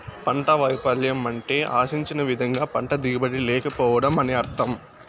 పంట వైపల్యం అంటే ఆశించిన విధంగా పంట దిగుబడి లేకపోవడం అని అర్థం